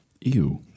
ew